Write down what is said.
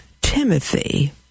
Timothy